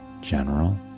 General